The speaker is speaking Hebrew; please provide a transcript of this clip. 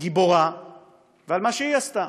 גיבורה ועל מה שהיא עשתה,